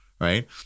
right